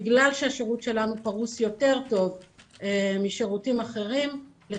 בגלל שהשירות שלנו פרוס יותר טוב משירותים אחרים.